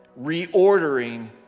reordering